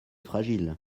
fragile